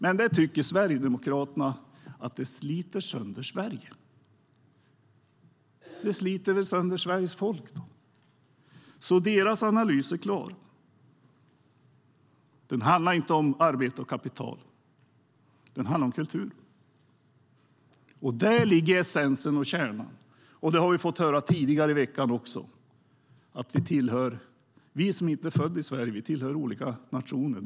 Men Sverigedemokraterna tycker att det sliter sönder Sverige. Det sliter väl sönder Sveriges folk, då. Sverigedemokraternas analys är klar. Den handlar inte om arbete och kapital. Den handlar om kultur. Där ligger essensen och kärnan, vilket vi har fått höra också tidigare i veckan. Vi som inte är födda i Sverige tillhör olika nationer.